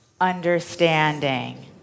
Understanding